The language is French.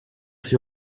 fut